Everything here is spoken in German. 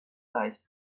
leicht